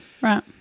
right